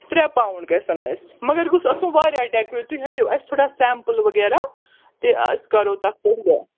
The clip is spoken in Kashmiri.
ترٛےٚ پاوُنٛڈ گژھ۪ن اَسہِ مگر گوٚژھ آسُن واریاہ ڈیکوریٹ تُہۍ ہایِو اَسہِ تھوڑا سیمپُل وغیرہ تہٕ أسۍ کَرو تَتھ پٮ۪ٹھ یہِ